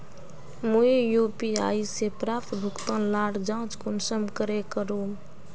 मुई यु.पी.आई से प्राप्त भुगतान लार जाँच कुंसम करे करूम?